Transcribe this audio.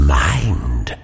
mind